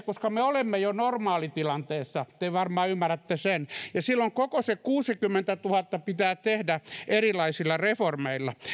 koska me me olemme jo normaalitilanteessa te varmaan ymmärrätte sen ja silloin koko se kuusikymmentätuhatta pitää tehdä erilaisilla reformeilla